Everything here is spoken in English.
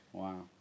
wow